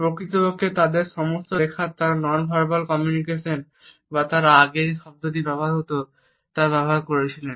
প্রকৃতপক্ষে তাদের সমস্ত লেখায় তারা নন ভার্বাল কমিউনিকেশন বা তারা আগে যে শব্দ ব্যবহৃত হতো তা ব্যবহার করেছিলেন